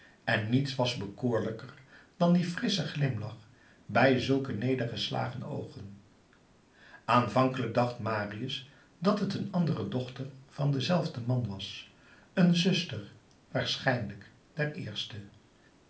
en niets was bekoorlijker dan die frissche glimlach bij zulke nedergeslagen oogen aanvankelijk dacht marius dat het een andere dochter van denzelfden man was een zuster waarschijnlijk der eerste